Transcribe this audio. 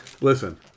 Listen